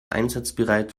einsatzbereit